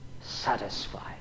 satisfied